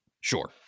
Sure